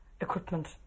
equipment